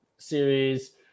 series